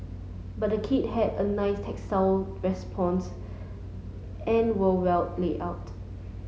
but the key have a nice tactile response and were well laid out